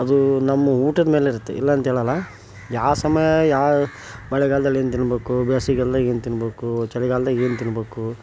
ಅದು ನಮ್ಮ ಊಟದ ಮೇಲೆ ಇರುತ್ತೆ ಇಲ್ಲ ಅಂತ ಹೇಳೋಲ್ಲ ಯಾವ ಸಮ ಯಾವ ಮಳೆಗಾಲದಲ್ಲಿ ಏನು ತಿನ್ನಬೇಕು ಬೇಸಿಗೆಗಾಲ್ದಾಗ ಏನು ತಿನ್ನಬೇಕು ಚಳಿಗಾಲ್ದಾಗ ಏನು ತಿನ್ನಬೇಕು